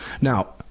Now